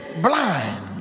blind